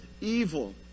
evil